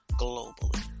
globally